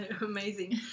amazing